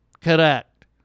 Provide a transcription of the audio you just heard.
Correct